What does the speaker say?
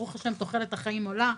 ברוך השם תוחלת החיים עולה.